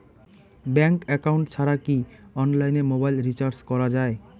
Bank account ছাড়া কি অনলাইনে মোবাইল রিচার্জ করা যায়?